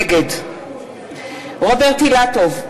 נגד רוברט אילטוב,